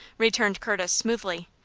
returned curtis, smoothly.